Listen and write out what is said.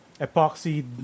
epoxy